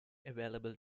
available